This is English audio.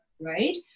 Right